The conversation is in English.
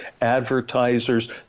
advertisers